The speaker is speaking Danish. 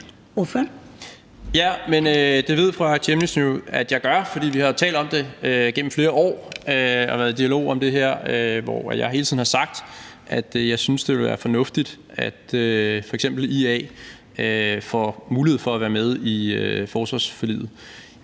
(KF): Det ved fru Aaja Chemnitz Larsen jo at jeg gør. For vi har jo talt om det gennem flere år og har været i dialog om det her, hvor jeg hele tiden har sagt, at jeg synes, det vil være fornuftigt, at f.eks. IA får mulighed for at være med i forsvarsforliget.